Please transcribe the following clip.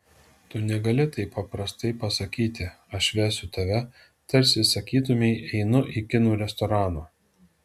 tu negali taip paprastai pasakyti aš vesiu tave tarsi sakytumei einu į kinų restoraną